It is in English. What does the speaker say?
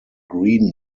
green